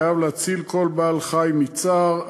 חייב להציל כל בעל-חי מצער,